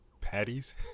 patties